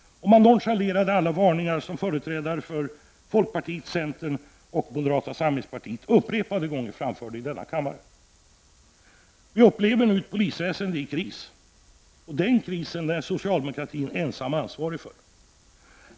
Man nonchalerade alla varningar som företrädare för folkpartiet, centerpartiet och moderata samlings partiet upprepade gånger framförde i denna kammare. Vi upplever nu ett polisväsende i kris. Den krisen är socialdemokratin ensam ansvarig för.